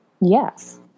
Yes